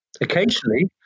Occasionally